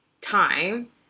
time